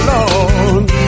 Lord